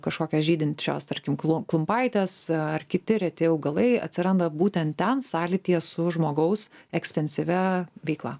kašokios žydinčios tarkim klu klumpaitės ar kiti reti augalai atsiranda būtent ten sąlytyje su žmogaus ekstensyvia veikla